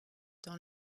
dans